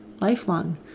lifelong